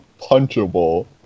punchable